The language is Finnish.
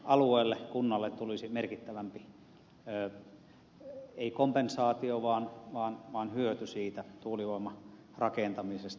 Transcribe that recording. alueelle kunnalle tulisi merkittävämpi ei kompensaatio vaan hyöty siitä tuulivoiman rakentamisesta